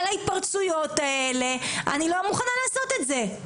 ההתפרצויות האלה - אני לא מוכנה לעשות את זה.